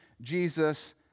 Jesus